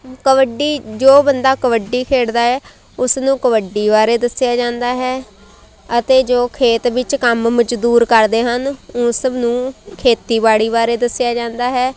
ਕਬੱਡੀ ਜੋ ਬੰਦਾ ਕਬੱਡੀ ਖੇਡਦਾ ਹੈ ਉਸਨੂੰ ਕਬੱਡੀ ਬਾਰੇ ਦੱਸਿਆ ਜਾਂਦਾ ਹੈ ਅਤੇ ਜੋ ਖੇਤ ਵਿੱਚ ਕੰਮ ਮਜ਼ਦੂਰ ਕਰਦੇ ਹਨ ਉਸ ਨੂੰ ਖੇਤੀਬਾੜੀ ਬਾਰੇ ਦੱਸਿਆ ਜਾਂਦਾ ਹੈ